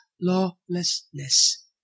lawlessness